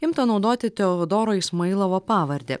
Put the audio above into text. imta naudoti teodoro ismailovo pavardę